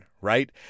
right